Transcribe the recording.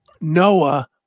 noah